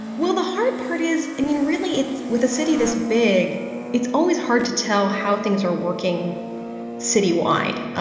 well, the hard part is, i mean, really, it's with a city this big it's always hard to tell how things are working citywide.